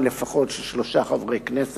הכשירות של קאדי מד'הב בבתי-הדין הדתיים